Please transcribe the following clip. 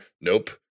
Nope